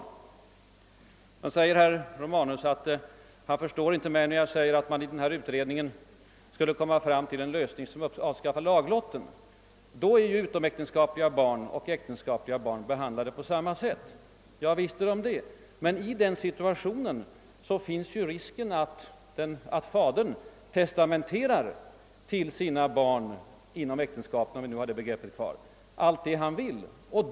Herr Romanus säger att han inte kan förstå mig när jag framhåller konsekvenserna av att man i utredningen skulle kunna åstadkomma en lösning som avskaffar laglotten. Då blir ju, säger herr Romanus, äktenskapliga och utomäktenskapliga barn behandlade på samma sätt. Ja, visst blir de det. Men i den situationen finns ju alltid risk för att fadern testamenterar till sina barn inom äktenskapet — om vi nu har det begreppet kvar — allt det han vill.